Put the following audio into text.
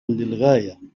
للغاية